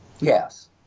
Yes